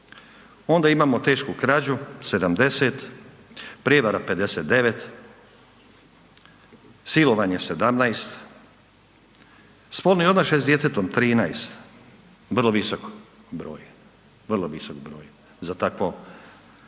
Onda imamo tešku krađu 70, prijevara 59, silovanje 17, spolni odnošaj s djetetom 13, vrlo visok broj za takvo